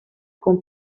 con